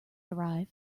arrive